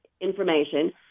information